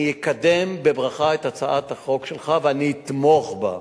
אני אקדם בברכה את הצעת החוק שלך, ואני אתמוך בה.